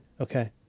okay